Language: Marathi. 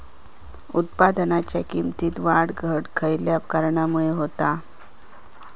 उत्पादनाच्या किमतीत वाढ घट खयल्या कारणामुळे होता?